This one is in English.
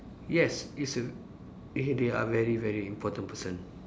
yes it's a eh they are very very important person